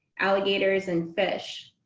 alligators, and fish.